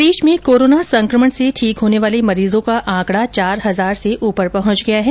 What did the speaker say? प्रदेश में कोरोना संकमण से ठीक होने वाले मरीजों का आकडा चार हजार से ऊपर पहुंच गया है